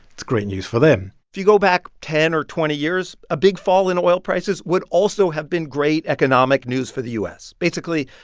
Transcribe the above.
it's great news for them if you go back ten or twenty years, a big fall in oil prices would also have been great economic news for the u s. basically,